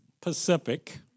Pacific